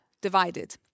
divided